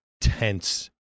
tense